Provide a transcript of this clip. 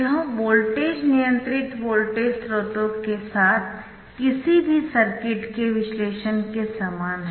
यह वोल्टेज नियंत्रित वोल्टेज स्रोतों के साथ किसी भी सर्किट के विश्लेषण के समान है